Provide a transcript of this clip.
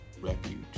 Refuge